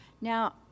Now